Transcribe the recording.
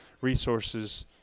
resources